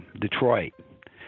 Detroit